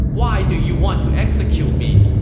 why do you want to execute me!